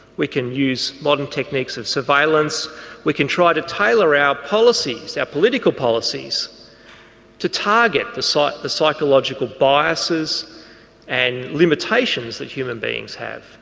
we can use modern techniques of surveillance we can try to tailor our policies, our political policies to target the sort of psychologically biases and limitations that human beings have.